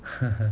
ha ha